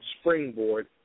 springboard